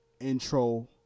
intro